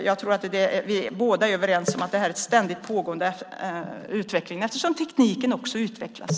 Jag tror att vi båda är överens om att detta är en ständigt pågående utveckling eftersom tekniken också utvecklas.